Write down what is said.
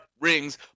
rings